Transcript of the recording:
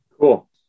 Cool